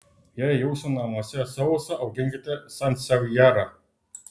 jei jūsų namuose sausa auginkite sansevjerą